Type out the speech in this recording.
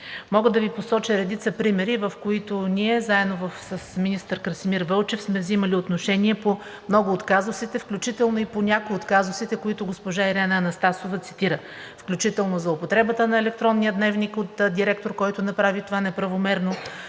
Мога да Ви посоча редица примери, в които ние заедно с министър Красимир Вълчев сме вземали отношение по много от казусите, включително и по някои от казусите, които госпожа Ирена Анастасова цитира; включително за употребата на електронния дневник от директор, който направи това неправомерно;